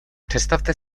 představte